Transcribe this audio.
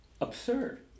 absurd